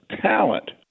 talent